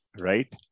Right